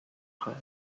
phrase